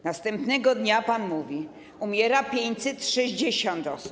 Następnego dnia pan mówi, że umiera 560 osób.